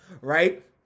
right